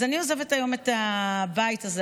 אז אמרתי שאני עוזבת היום את הבית הזה,